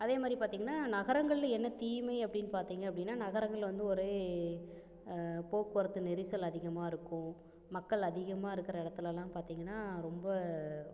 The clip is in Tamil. அதே மாதிரி பார்த்தீங்கனா நகரங்களில் என்ன தீமை அப்படின்னு பார்த்தீங்க அப்படின்னா நகரங்கள் வந்து ஒரே போக்குவரத்து நெரிசல் அதிகமாக இருக்கும் மக்கள் அதிகமாக இருக்கிற இடத்துலலாம் பார்த்தீங்கனா ரொம்ப